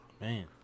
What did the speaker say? Man